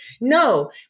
No